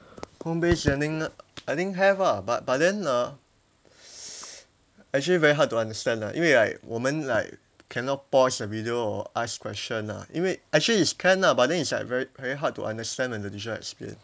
home based learning I think have ah but but then ah actually very hard to understand like 因为 like 我们 like cannot pause the video or ask question lah 因为 actually is can ah but then it's like very very hard to understand when the teacher explain